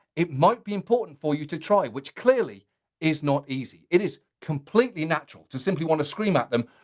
it might be important for you to try. which clearly is not easy, it is completely natural to simply want to scream at them,